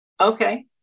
Okay